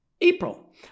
April